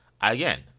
Again